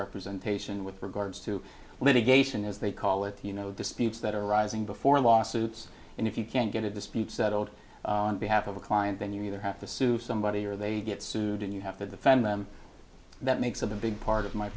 representation with regards to litigation as they call it you know disputes that are arising before lawsuits and if you can't get a dispute settled on behalf of a client then you either have to sue somebody or they get sued and you have to defend them that makes a big part of my